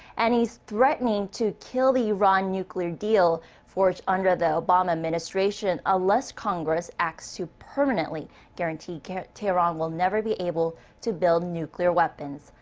and he's threatening to kill the iran nuclear deal forged under the obama administration unless congress acts to permanently guarantee guarantee tehran will never be able to build nuclear weapons.